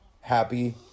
happy